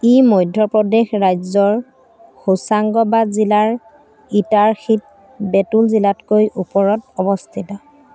ই মধ্যপ্ৰদেশ ৰাজ্যৰ হোছাংগাবাদ জিলাৰ ইটাৰসীত বেতুল জিলাতকৈ ওপৰত অৱস্থিত